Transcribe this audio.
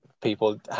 people